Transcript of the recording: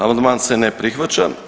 Amandman se ne prihvaća.